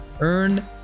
Earn